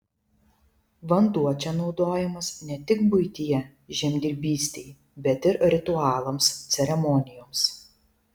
vanduo čia naudojamas ne tik buityje žemdirbystei bet ir ritualams ceremonijoms